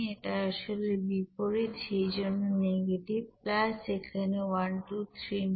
এটা আসলে বিপরীত সেইজন্য নেগেটিভ এখানে 1239